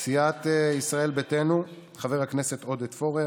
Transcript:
מסיעת ישראל ביתנו, חבר הכנסת עודד פורר,